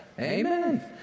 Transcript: Amen